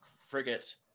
frigate